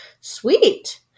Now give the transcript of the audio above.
Sweet